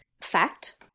fact